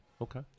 Okay